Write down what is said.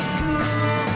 cool